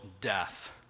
death